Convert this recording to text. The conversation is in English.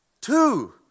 Two